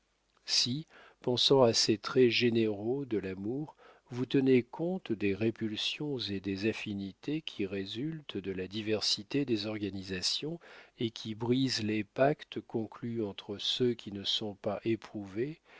si pensant à ces traits généraux de l'amour vous tenez compte des répulsions et des affinités qui résultent de la diversité des organisations et qui brisent les pactes conclus entre ceux qui ne se sont pas éprouvés